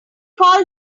call